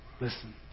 listen